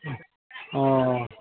अह